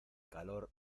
calor